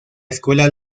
escuela